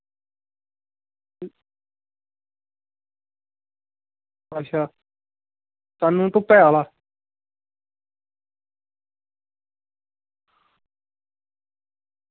अच्छा स्हानू धुप्पै आह्ला